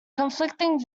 conflicting